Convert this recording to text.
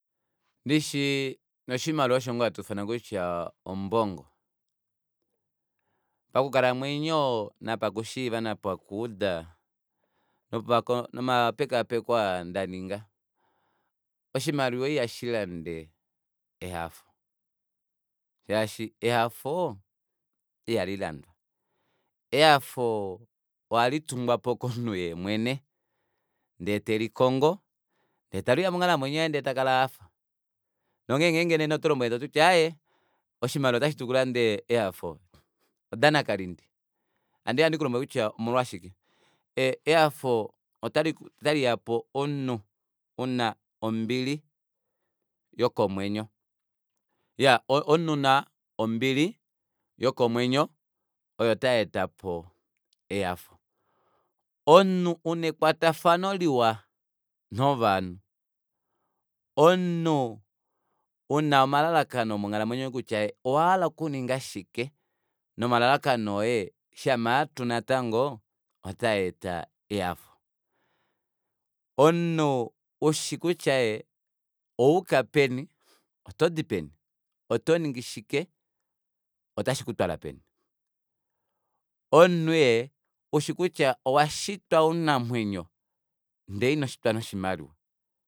Ndishi oshimaliwa osho ngoo hatuufana kutya ombongo pakukalamwenyo nopakushiiva nopakuuda nomapekaapeko aa ndaninga oshimaliwa ihashilande ehafo shaashi ehafo ihali landwa ehafo ohalitungwapo komunhu yeemwene ndee telikongo ndee taluuya monghalamwenyo yaye ndee takala ahafa nonghee nee nena ngenge otolombwelenge kutya aaye oshimaliwa otashidulu okulanda ehafo odanakalindi handiya ndikulombwele kutya omolwashike ehafo otaliya pomunhu ouna una ombili yokomwenyo iyaa omunhu una ombili yokomwenyo oyo tayeetapo ehafo omunhu una ekwatafano liwa novanhu omunhu una omalalakano omonghalamwenyo yoye kutya owahala kutya ee owahala okuninga shike nomalalakano oye shama atu natango otaaeta ehafo omunhu ushi kutya ee owayuka peni otodi peni otoningi shike otashikutwala peni omunhu ee ushi kutya owashitwa omunamwenyo ndee inoshitwa noshimaliwa